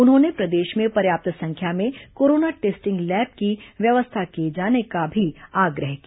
उन्होंने प्रदेश में पर्याप्त संख्या में कोरोना टेस्टिंग लैब की व्यवस्था किए जाने का भी आग्रह किया